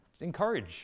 encourage